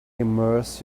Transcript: immerse